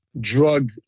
drug